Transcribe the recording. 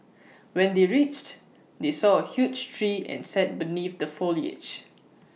when they reached they saw A huge tree and sat beneath the foliage